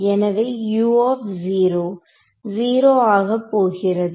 எனவே U 0 ஆகப்போகிறது